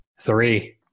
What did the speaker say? three